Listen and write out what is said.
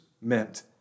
meant